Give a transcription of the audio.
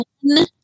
one